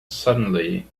suddenly